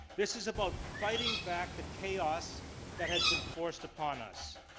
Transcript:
this is about fighting back the chaos that has been forced upon us.